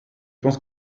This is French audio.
pense